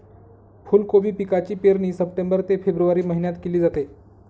फुलकोबी पिकाची पेरणी सप्टेंबर ते फेब्रुवारी महिन्यात केली जाते